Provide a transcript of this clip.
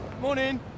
Morning